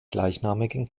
gleichnamigen